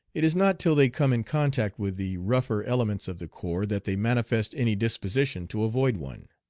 it is not till they come in contact with the rougher elements of the corps that they manifest any disposition to avoid one.